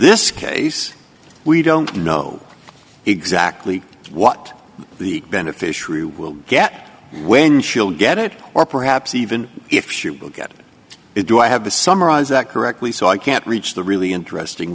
this case we don't know exactly what the beneficiary will get when she'll get it or perhaps even if she will get it do i have to summarize that correctly so i can't reach the really interesting